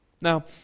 Now